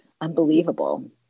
unbelievable